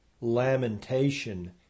lamentation